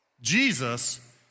Jesus